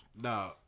Nah